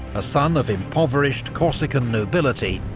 a son of impoverished corsican nobility,